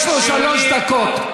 יש לו שלוש דקות,